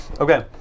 Okay